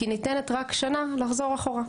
כי ניתנת רק שנה לחזור אחורה.